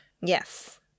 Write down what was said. Yes